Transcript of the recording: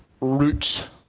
roots